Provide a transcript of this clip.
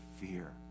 fear